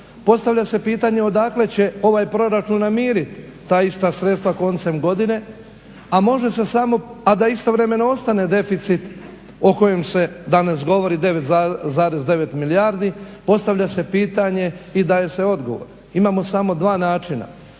postavlja se pitanje odakle će ovaj proračun namiriti ta ista sredstva koncem godine, a da istovremeno ostane deficit o kojem se danas govori 9,9 milijardi, postavlja se pitanje i daje se odgovor. Imamo samo dva načina,